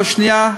בשנייה.